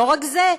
לא רק זה,